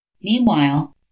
meanwhile